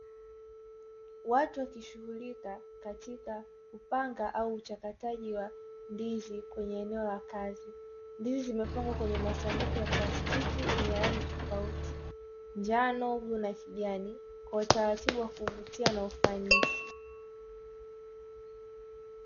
Watu wakishughulika katika kupanga au uchakataji wa ndizi kwenye eneo la kazi. Ndizi zimepangwa kwenye masanduku ya plastiki yenye rangi tofauti njano, bluu, na kijani kwa utaratibu wa kuvutia na ufanisi.